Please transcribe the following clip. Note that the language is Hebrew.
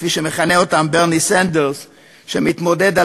כפי שמכנה אותם ברני סנדרס שמתמודד על